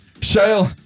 Shale